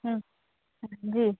जी